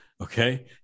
okay